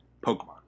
Pokemon